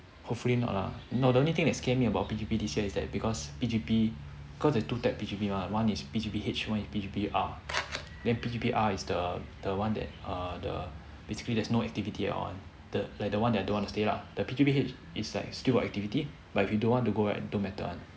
hopefully not ah no the only thing that scares me about P_G_P this year is that because P_G_P cause there is two type of P_G_P one one is P_G_P H one is P_G_P R then P_G_P R is the the one that err the basically there's no activity at all one like the one I don't want to stay ah the P_G_P H is like still got activity but if you don't want to go right don't matter one